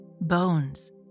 bones